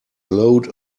load